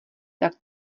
tak